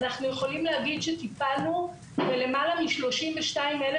אנחנו יכולים להגיד שטיפלנו בלמעלה מ-32,000